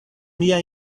mia